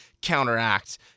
counteract